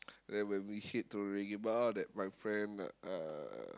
then when we hit to Reggae-Bar that my friend uh